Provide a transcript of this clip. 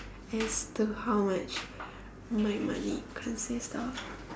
as to how much my money consist of